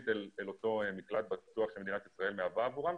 לאותו מקלט בטוח שמדינת ישראל מהווה עבורם,